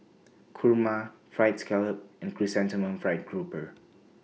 Kurma Fried Scallop and Chrysanthemum Fried Grouper